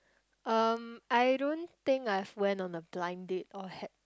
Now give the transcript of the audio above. um I don't think I've went on a blind date or had